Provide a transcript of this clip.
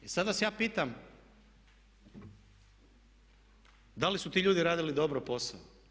I sad vas ja pitam da li su ti ljudi radili dobro posao?